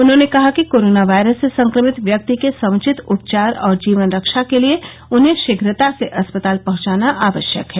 उन्होंने कहा कि कोरोना वायरस से संक्रमित व्यक्ति के समुचित उपचार और जीवन रक्षा के लिये उन्हें शीघ्रता से अस्पताल पहचाना आवश्यक है